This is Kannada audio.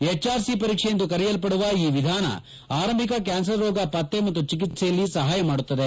ಎಚ್ಆರ್ಸಿ ಪರೀಕ್ಷೆ ಎಂದು ಕರೆಯಲ್ಲಡುವ ಈ ವಿಧಾನ ಆರಂಭಿಕ ಕ್ಲಾನರ್ ರೋಗ ಪತ್ತೆ ಮತ್ತು ಚಿಕಿತ್ವೆಯಲ್ಲಿ ಸಹಾಯ ಮಾಡುತ್ತದೆ